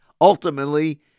ultimately